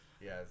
Yes